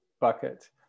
bucket